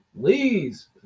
please